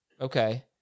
Okay